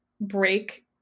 break